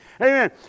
Amen